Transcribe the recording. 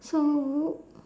so